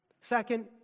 Second